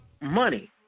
money